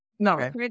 No